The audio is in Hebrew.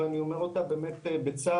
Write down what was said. ואני אומר אותה באמת בצער,